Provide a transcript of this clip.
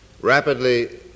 Rapidly